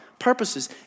Purposes